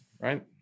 right